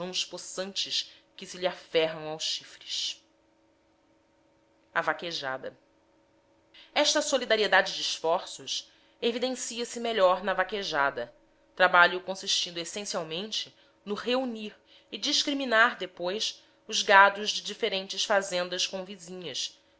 possantes que se lhe aferram aos chifres esta solidariedade de esforços evidencia se melhor na vaquejada trabalho consistindo essencialmente no reunir e discriminar depois os gados de diferentes fazendas convizinhas